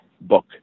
book